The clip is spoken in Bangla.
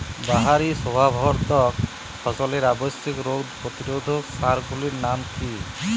বাহারী শোভাবর্ধক ফসলের আবশ্যিক রোগ প্রতিরোধক সার গুলির নাম কি কি?